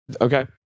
Okay